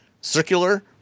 Circular